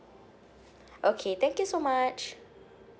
okay thank you so much